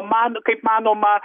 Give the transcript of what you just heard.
man kaip manoma